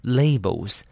labels